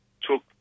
took